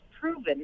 proven